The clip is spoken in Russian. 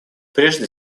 прежде